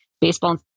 Baseball